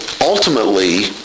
ultimately